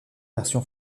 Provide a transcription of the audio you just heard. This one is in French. version